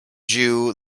jew